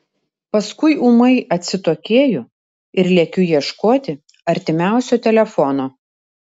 paskui ūmai atsitokėju ir lekiu ieškoti artimiausio telefono